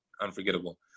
unforgettable